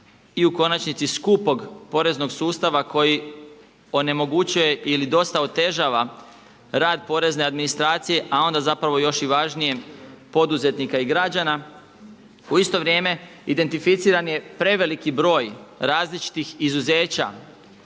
i u konačnici skupog poreznog sustava koji onemogućuje ili dosta otežava rad porezne administracije a onda zapravo još i važnije poduzetnika i građana. U isto vrijeme identificiran je preveliki broj različitih izuzeća